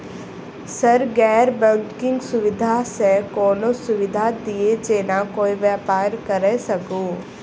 Sir गैर banking सुविधा सँ कोनों सुविधा दिए जेना कोनो व्यापार करऽ सकु?